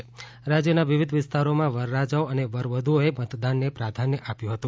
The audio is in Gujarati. તો રાજ્યના વિવિધ વિસ્તારોમા વરરાજાઓ અને વરવધુઓએ મતદાનને પ્રાધાન્ય આપ્યું હતું